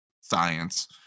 science